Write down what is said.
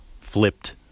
flipped